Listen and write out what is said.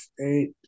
eight